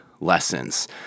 lessons